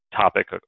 topic